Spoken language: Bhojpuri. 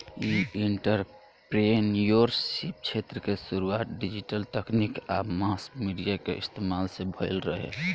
इ एंटरप्रेन्योरशिप क्षेत्र के शुरुआत डिजिटल तकनीक आ मास मीडिया के इस्तमाल से भईल रहे